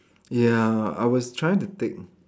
ya I was trying to take